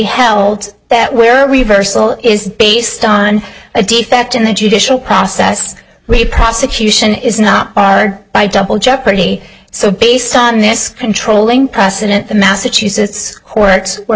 held that where reversal is based on a defect in the judicial process re prosecution is not are by double jeopardy so based on this controlling precedent the massachusetts courts were